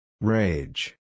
Rage